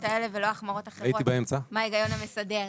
האלה ולא החמרות אחרות ומה ההיגיון המסדר.